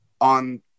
on